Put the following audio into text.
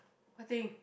what thing